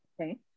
okay